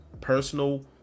personal